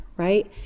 right